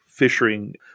fishing